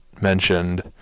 mentioned